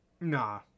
nah